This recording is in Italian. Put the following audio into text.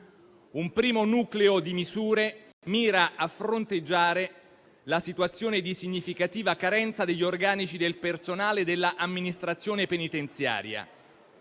Un primo nucleo di misure mira a fronteggiare la situazione di significativa carenza degli organici del personale dell'amministrazione penitenziaria,